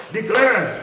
Declare